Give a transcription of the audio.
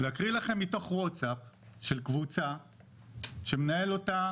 להקריא לכם מתוך וואטסאפ של קבוצה שמנהל אותה